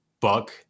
buck